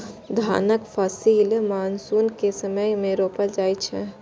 धानक फसिल मानसून के समय मे रोपल जाइ छै